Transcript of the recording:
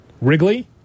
Wrigley